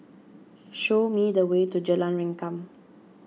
show me the way to Jalan Rengkam